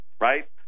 right